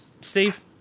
Steve